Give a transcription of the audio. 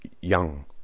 Young